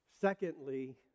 Secondly